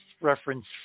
reference